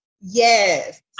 yes